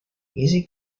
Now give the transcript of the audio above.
easy